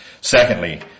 Secondly